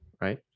right